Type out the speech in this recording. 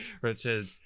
Richard